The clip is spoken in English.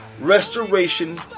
Restoration